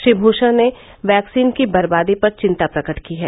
श्री भूषण ने वैक्सीन की बर्बादी पर चिंता प्रकट की है